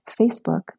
Facebook